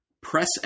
Press